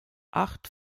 acht